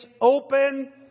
open